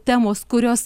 temos kurios